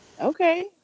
Okay